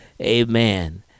Amen